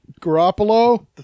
Garoppolo